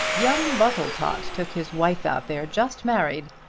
young bartletot took his wife out there just married.